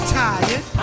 tired